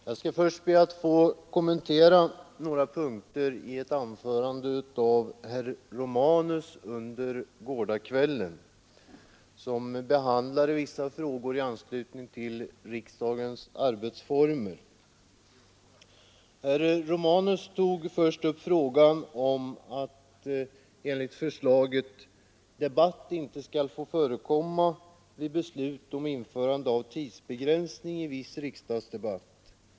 Jag skall först be att få kommentera några punkter i ett anförande under gårdagskvällen av herr Romanus, som berörde vissa Herr Romanus tog först upp förslaget att debatt inte skall få förekomma vid beslut om införande av tidsbegränsning i viss riksdagsdebatt.